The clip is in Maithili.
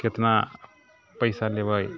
कतना पइसा लेबै